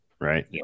right